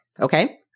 okay